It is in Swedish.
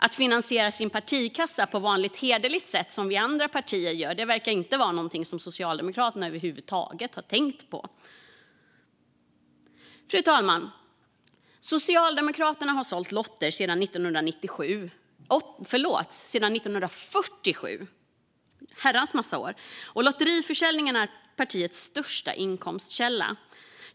Att finansiera sin partikassa på vanligt hederligt sätt, som vi i de andra partierna gör, verkar inte vara någonting som Socialdemokraterna över huvud taget har tänkt på. Fru talman! Socialdemokraterna har sålt lotter sedan 1947, och lottförsäljningen är partiets största inkomstkälla.